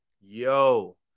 Yo